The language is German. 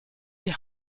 die